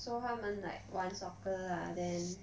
so 他们 like 玩 soccer ah then